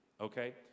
Okay